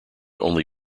only